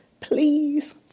please